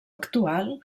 actual